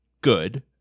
good